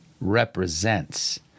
represents